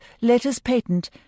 letters-patent